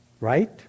right